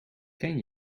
ken